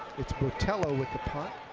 it's botello with the punt.